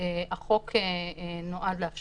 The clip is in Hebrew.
שהחוק נועד למנוע.